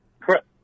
correct